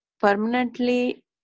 permanently